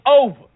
over